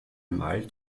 malt